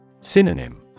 Synonym